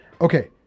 okay